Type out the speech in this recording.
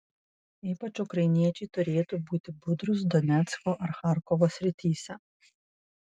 ypač ukrainiečiai turėtų būti budrūs donecko ar charkovo srityse